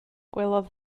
gwelodd